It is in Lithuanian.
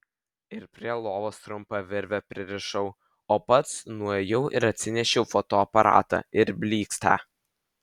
ir prie lovos trumpa virve pririšau o pats nuėjau ir atsinešiau fotoaparatą ir blykstę